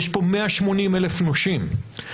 יש פה 180,000 נושים.